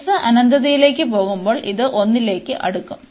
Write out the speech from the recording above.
X അനന്തതയിലേക്ക് പോകുമ്പോൾ ഇത് 1 ലേക്ക് അടുക്കും